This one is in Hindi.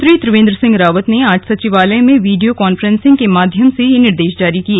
मुख्यमंत्री त्रिवेन्द्र सिंह रावत ने आज सचिवालय में वीडियो कांफ्रेंसिंग के माध्यम से ये निर्देश जारी किए